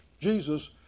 Jesus